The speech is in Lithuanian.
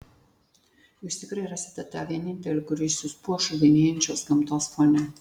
jūs tikrai rasite tą vienintelį kuris jus puoš rudenėjančios gamtos fone